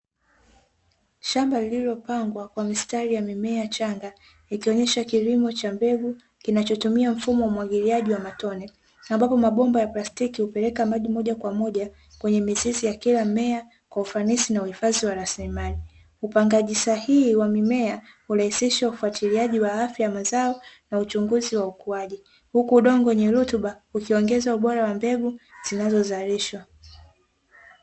Shamba liliopangwa kwa mstari kuonyesha kilimo cha mbegu kinachotumia mfumo wa umwagiliaji wa matonye ambapo mabomba plastiki hupeleka maji Moja kwa Moja kwenye mizizi ya Kila mmea kwa ufanisi na hifadhi wa rasilimali. Upangaji sahihi wa mimea hurahisisha ufuatiliaji wa afya ya mazao na uchunguzi wa ukuaji huku udongo wenye rutuba ukiongeza ubora wa mbegu unaozalishwa .